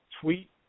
tweet